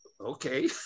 okay